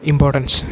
importance